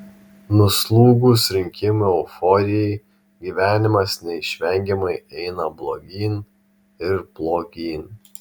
nuslūgus rinkimų euforijai gyvenimas neišvengiamai eina blogyn ir blogyn